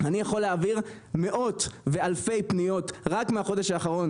אני יכול להעביר מאות ואלפי פניות רק מהחודש האחרון